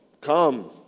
come